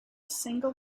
single